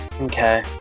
Okay